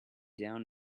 down